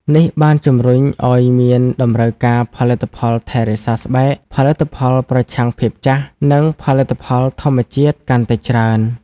នេះបានជំរុញឱ្យមានតម្រូវការផលិតផលថែរក្សាស្បែក ផលិតផលប្រឆាំងភាពចាស់ និងផលិតផលធម្មជាតិកាន់តែច្រើន។